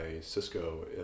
Cisco